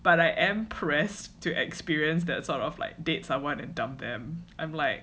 but I am press to experience that sort of like date someone and dumped them I'm like